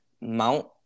Mount